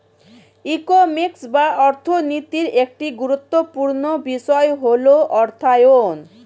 economics বা অর্থনীতির একটি গুরুত্বপূর্ণ বিষয় হল অর্থায়ন